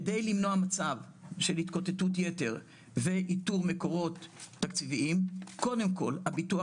כדי למנוע מצב של התקוטטות יתר ואיתור מקורות תקציביים קודם כל הביטוח